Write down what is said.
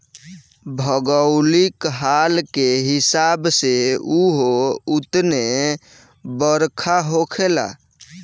भौगोलिक हाल के हिसाब से उहो उतने बरखा होखेला